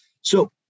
So-